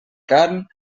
carn